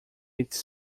its